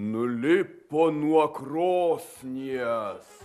nulipo nuo krosnies